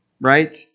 right